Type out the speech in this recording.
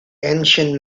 ancient